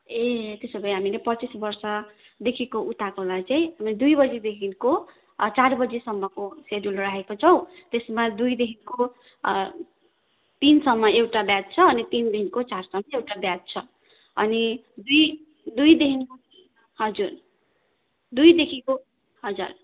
ए त्यसो भए हामीले पच्चिस वर्षदेखिको उताकोलाई चाहिँ दुई बजीदेखिको चार बजीसम्मको सेड्युल राखेको छौँ त्यसमा दुइदेखिको तिनसम्म एउटा ब्याच छ अनि तिनदेखिको चारसम्म एउटा ब्याच छ अनि दुई दुइदेखिको हजुर दुइदेखिको हजुर